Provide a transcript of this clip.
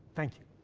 thank you.